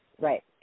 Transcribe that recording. Right